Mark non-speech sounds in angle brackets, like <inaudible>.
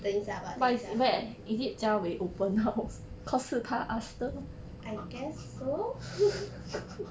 等一下吧等一下 I guess so <laughs>